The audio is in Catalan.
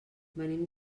venim